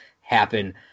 happen